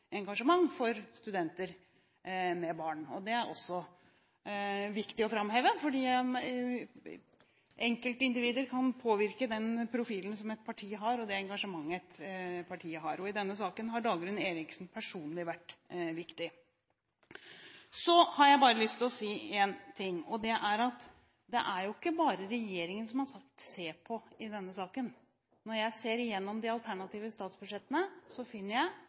engasjement for studenter med barn. Det er også viktig å framheve, for enkeltindivider kan påvirke den profilen og det engasjementet som et parti har, og i denne saken har Dagrun Eriksen personlig vært viktig. Så har jeg bare lyst til å si at det er ikke bare regjeringen som har sagt «se på» i denne saken. Når jeg ser igjennom de alternative statsbudsjettene, finner jeg